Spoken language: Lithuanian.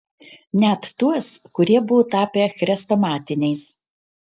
net tuos kurie buvo tapę chrestomatiniais